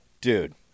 dude